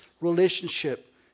relationship